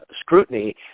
scrutiny